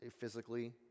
physically